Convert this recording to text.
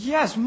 Yes